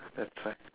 that's why